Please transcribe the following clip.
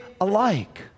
alike